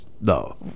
no